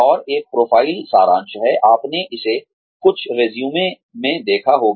और एक प्रोफ़ाइल सारांश है आपने इसे कुछ रिज्यूमे में देखा होगा